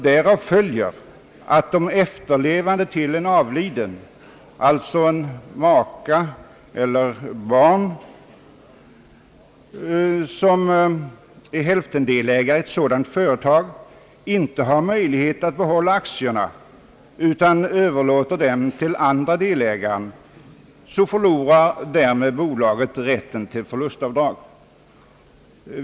Därav följer att, om de efterlevande till en avliden person — make eller barn — som är hälftendelägare i ett sådant företag, inte har möjlighet att behålla aktierna utan överlåter dem till den andre delägaren, så förlorar bolaget därmed rätten till förlustavdrag.